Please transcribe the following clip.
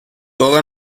todo